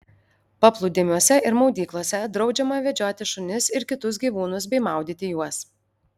paplūdimiuose ir maudyklose draudžiama vedžioti šunis ir kitus gyvūnus bei maudyti juos